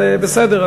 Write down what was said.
אבל בסדר,